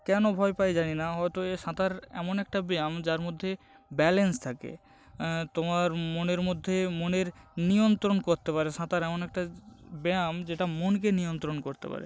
কেন ভয় পায় জানি না হয়তো এ সাঁতার এমন একটা ব্যায়াম যার মধ্যে ব্যালেন্স থাকে তোমার মনের মধ্যে মনের নিয়ন্ত্রণ করতে পারে সাঁতার এমন একটা ব্যায়াম যেটা মনকে নিয়ন্ত্রণ করতে পারে